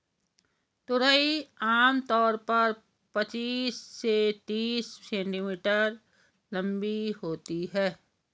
तुरई आम तौर पर पचीस से तीस सेंटीमीटर लम्बी होती है